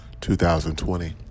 2020